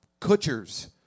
Kutcher's